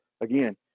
again